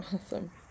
Awesome